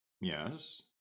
Yes